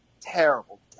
Terrible